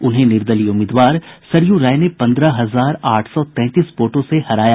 उन्हें निर्दलीय उम्मीदवार सरयू राय ने पन्द्रह हजार आठ सौ तैंतीस वोटों से हराया